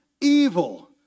evil